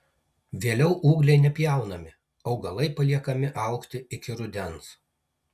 vėliau ūgliai nepjaunami augalai paliekami augti iki rudens